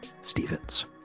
Stevens